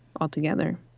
altogether